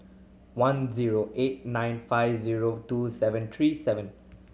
one zero eight nine five zero two seven three seven